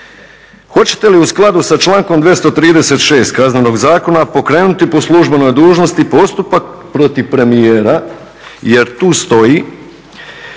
hoćete li u skladu sa člankom 236. Kaznenog zakona pokrenuti po službenoj dužnosti postupak protiv premijera jer tu stoji